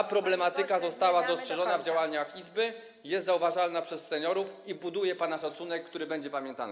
Ta problematyka została dostrzeżona w działaniach Izby, jest zauważana przez seniorów i buduje pana szacunek, który będzie pamiętany.